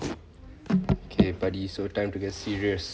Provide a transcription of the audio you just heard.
okay buddy so time to get serious